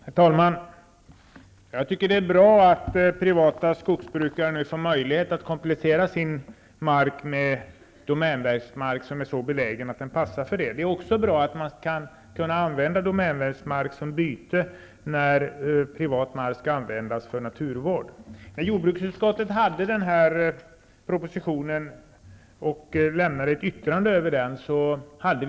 Herr talman! Jag tycker att det är bra att privata skogsbrukare nu får möjlighet att komplettera sin mark med domänverksmark som är så belägen att den passar. Det är också bra att man skall kunna använda domänverksmark som byte när privat mark skall användas för naturvård. Jordbruksutskottet har i ett yttrande framfört synpunkter på denna proposition.